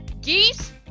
Geese